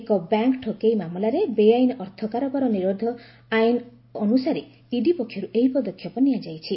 ଏକ ବ୍ୟାଙ୍କ ଠକେଇ ମାମଲାରେ ବେଆଇନ ଅର୍ଥ କାରବାର ନିରୋଧି ଆଇନ ଅନୁସାରେ ଇଡି ପକ୍ଷରୁ ଏହି ପଦକ୍ଷେପ ନିଆଯାଇଛି